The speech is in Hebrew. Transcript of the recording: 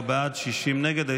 44 בעד, 60 נגד.